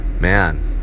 man